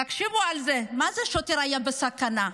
תחשבו על זה, מה זה השוטר היה בסכנה?